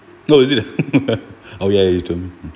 oh is it oh ya